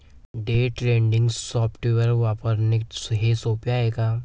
day trading software वापरल्याने हे सोपे झाले आहे